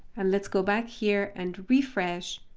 and let's go back here and refresh,